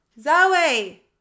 Zoe